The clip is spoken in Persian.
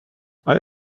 آیا